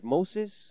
Moses